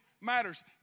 matters